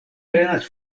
prenas